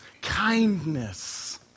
Kindness